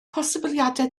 posibiliadau